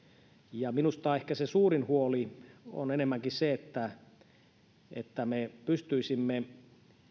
ja minusta ehkä suurin huoli on enemmänkin se että että me pystyisimme